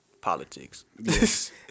politics